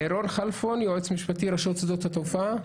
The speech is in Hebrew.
רון חלפון, יועץ משפטי, רשות שדות התעופה.